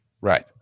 Right